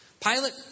Pilate